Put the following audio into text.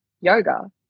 yoga